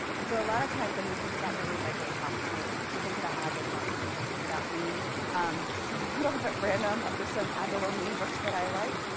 and so a lot of times when we think about really lightweight processes, we think about agile processes. we think about lean um little bit random just some agile and lean books that i like.